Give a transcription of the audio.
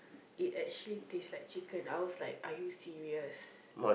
it actually taste like chicken I was like are you serious